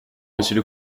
monsieur